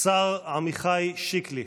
(חותם על ההצהרה) השר עמיחי שיקלי.